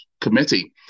Committee